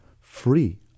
free